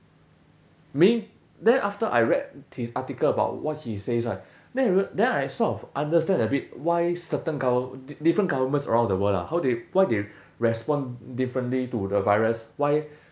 maybe then after I read his article about what he says right then I real~ then I sort of understand a bit why certain gover~ different governments around the world lah how they why they respond differently to the virus why